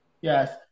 yes